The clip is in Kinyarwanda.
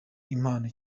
impano